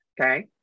Okay